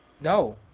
No